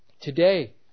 today